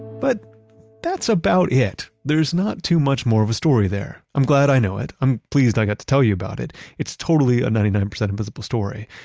but that's about it there's not too much more of a story there. i'm glad i know it, i'm pleased i got to tell you about it. it's totally a ninety nine percent invisible story,